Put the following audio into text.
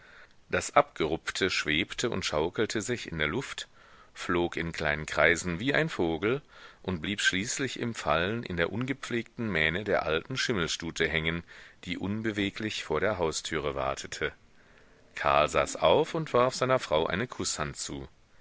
das abgerupfte schwebte und schaukelte sich in der luft flog in kleinen kreisen wie ein vogel und blieb schließlich im fallen in der ungepflegten mähne der alten schimmelstute hängen die unbeweglich vor der haustüre wartete karl saß auf und warf seiner frau eine kußhand zu